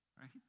Right